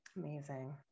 Amazing